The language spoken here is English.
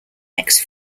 next